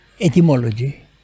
etymology